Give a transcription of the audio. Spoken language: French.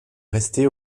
rester